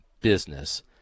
business